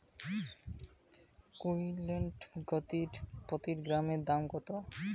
Quintal প্রতি গমের দাম কত?